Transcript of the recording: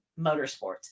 motorsports